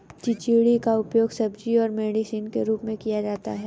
चिचिण्डा का उपयोग सब्जी और मेडिसिन के रूप में किया जाता है